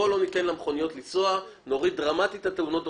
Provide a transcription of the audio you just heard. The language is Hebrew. בואו לא ניתן למכוניות לנסוע ואז נוריד דרמטית את תאונות הדרכים.